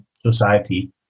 society